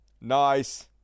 Nice